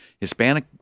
Hispanic